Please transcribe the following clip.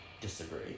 Disagree